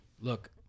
Look